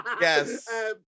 yes